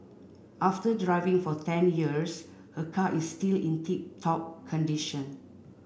after driving for ten years her car is still in tip top condition